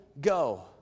go